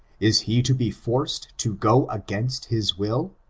is he to be forced to go against his will?